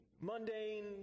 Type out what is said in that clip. mundane